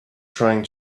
trying